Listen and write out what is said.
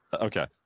Okay